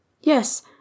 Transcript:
Yes